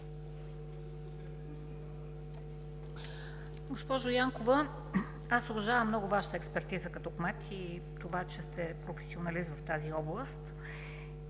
Госпожо Янкова, аз уважавам много Вашата експертиза като кмет и това, че сте професионалист в тази област.